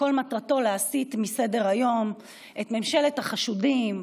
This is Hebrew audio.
שכל מטרתו להסיר מסדר-היום את ממשלת החשודים,